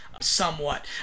somewhat